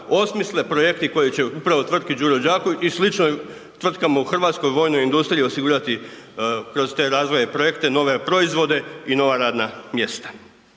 osmisle projekti koji će upravo tvrtki „Đuro Đaković“ i sličnim tvrtkama u RH vojnoj industriji osigurati kroz te razvojne projekte nove proizvode i nova radna mjesta.